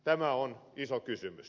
tämä on iso kysymys